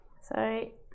Sorry